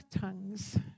tongues